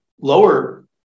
lower